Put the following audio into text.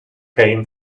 pain